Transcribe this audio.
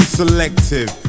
selective